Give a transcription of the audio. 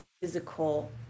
physical